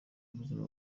ubuzima